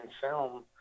film